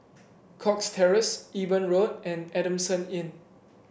Cox Terrace Eben Road and Adamson Inn